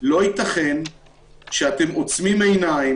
או עמידה בתנועה.